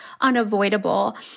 unavoidable